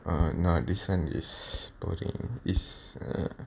oh no this one is boring it's a